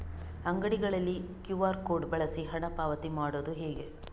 ಅಂಗಡಿಗಳಲ್ಲಿ QR code ಬಳಸಿ ಹಣ ಪಾವತಿ ಮಾಡೋದು ಹೇಗೆ?